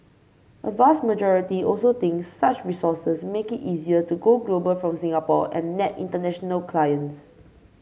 a vast majority also thinks such resources make it easier to go global from Singapore and nab international clients